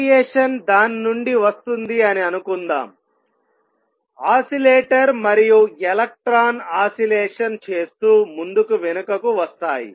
radiation దాని నుండి వస్తుంది అని అనుకుందాం ఆసిలేటర్ మరియు ఎలక్ట్రాన్ ఆసిలేషన్ చేస్తూ ముందుకు వెనుకకు వస్తాయి